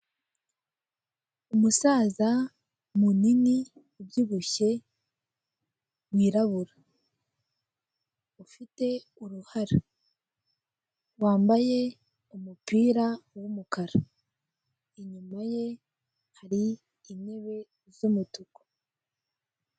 Umusaza munini, ubyibushye, wirabura. Ufite uruhara. Wambaye umupira w'umukara. Inyuma ye hari intebe z'umutuku.